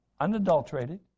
unadulterated